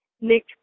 Nick